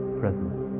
presence